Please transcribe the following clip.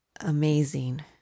Amazing